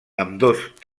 ambdós